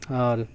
اور